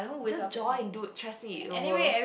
just join dude trust me it'll worth